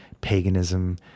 paganism